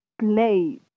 play